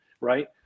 right